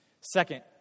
Second